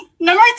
Number